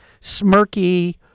smirky